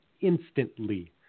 instantly